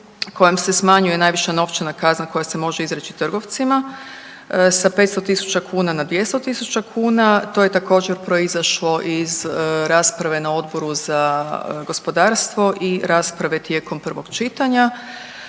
kojom se smanjuje najviša novčana kazna koja se može izreći trgovcima sa 500 000 kuna na 200 000 kuna. To je također proizašlo iz rasprave na Odboru za gospodarstvo i rasprave tijekom prvog čitanja.